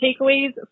takeaways